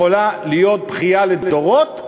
יכולה להיות בכייה לדורות.